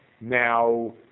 Now